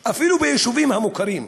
אפילו ביישובים המוכרים,